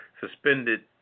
Suspended